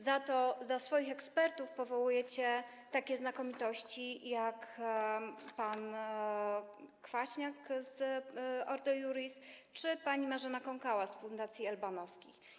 Za to na swoich ekspertów powołujecie takie znakomitości, jak pan Kwaśniak z Ordo Iuris czy pani Marzena Kąkała z Fundacji Elbanowskich.